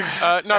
No